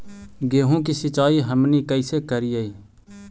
गेहूं के सिंचाई हमनि कैसे कारियय?